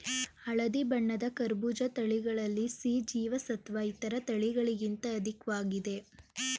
ಹಳದಿ ಬಣ್ಣದ ಕರ್ಬೂಜ ತಳಿಗಳಲ್ಲಿ ಸಿ ಜೀವಸತ್ವ ಇತರ ತಳಿಗಳಿಗಿಂತ ಅಧಿಕ್ವಾಗಿದೆ